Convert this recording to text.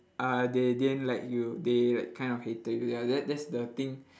uh they didn't like you they like kind of hated you ya that that's the thing